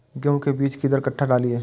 गेंहू के बीज कि दर कट्ठा डालिए?